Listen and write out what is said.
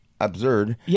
absurd